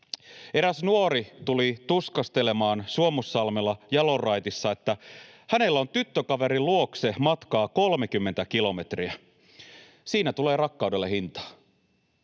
Eräs nuori tuli tuskastelemaan Suomussalmella Jalonraitissa, että hänellä on tyttökaverin luokse matkaa 30 kilometriä. Siinä tulee rakkaudelle hintaa.